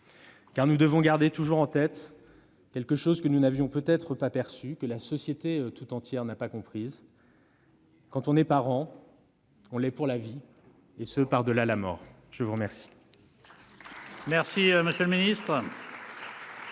nous devons garder toujours en tête quelque chose que nous n'avions peut-être pas perçu, que la société tout entière n'a probablement pas compris : quand on est parent, on l'est pour la vie, par-delà la mort. La parole